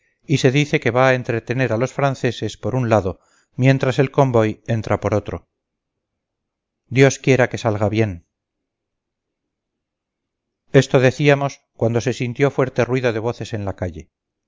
y se dice que va a entretener a los franceses por un lado mientras el convoy entra por otro dios quiera que salga bien esto decíamos cuanto se sintió fuerte ruido de voces en la calle